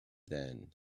then